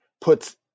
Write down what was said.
puts